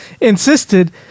Insisted